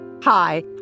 Hi